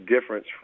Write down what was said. difference